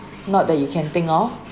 not that you can think of